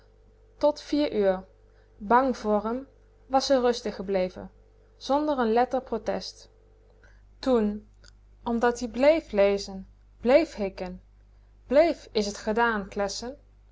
tot vier uur bang voor m was ze rustig gebleven zonder n letter protest toen omdat-ie blééf lezen blééf hikken blééf is t gedaan